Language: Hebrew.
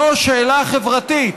זו שאלה חברתית,